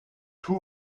two